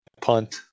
punt